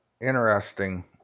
interesting